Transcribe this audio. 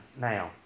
now